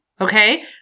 okay